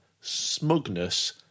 smugness